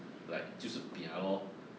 like 就是 pia lor